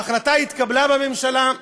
ההחלטה התקבלה בממשלה,